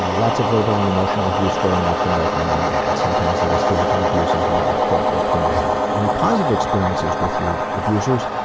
ah lots of verbal and emotional abuse growing up from both mom and dad. sometimes there was physical abuse as well corporal punishment. any positive experiences with your abusers?